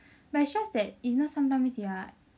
but its just that it is sometimes that you are